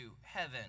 heaven